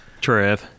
trev